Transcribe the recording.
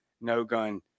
no-gun